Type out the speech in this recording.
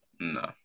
No